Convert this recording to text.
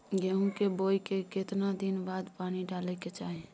गेहूं के बोय के केतना दिन बाद पानी डालय के चाही?